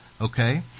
okay